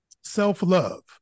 self-love